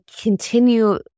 continue